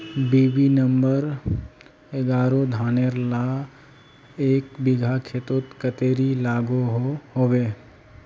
BB number एगारोह धानेर ला एक बिगहा खेतोत कतेरी लागोहो होबे?